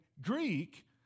Greek